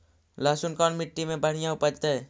लहसुन कोन मट्टी मे बढ़िया उपजतै?